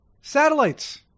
satellites